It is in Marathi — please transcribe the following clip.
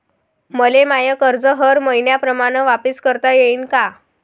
मले माय कर्ज हर मईन्याप्रमाणं वापिस करता येईन का?